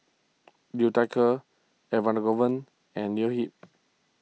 Liu Thai Ker Elangovan and Leo Yip